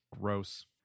Gross